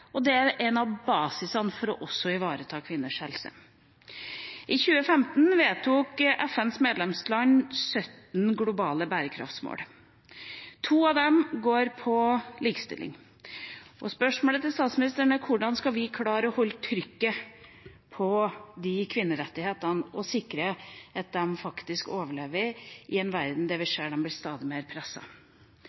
en av basisene for å ivareta kvinners helse. I 2015 vedtok FNs medlemsland 17 globale bærekraftsmål. To av dem går på likestilling. Spørsmålet til statsministeren er: Hvordan skal vi klare å holde trykket på kvinnerettighetene og sikre at de overlever i en verden der vi ser at de blir stadig mer